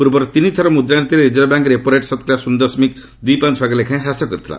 ପୂର୍ବର ତିନିଥରର ମୁଦ୍ରାନୀତିରେ ରିଜର୍ଭ ବ୍ୟାଙ୍କ ରେପୋରେଟ୍ ଶତକଡ଼ା ଶ୍ରନ୍ ଦଶମିକ ଦୁଇ ପାଞ୍ଚ ଭାଗ ଲେଖାଏଁ ହ୍ରାସ କରିଥିଲା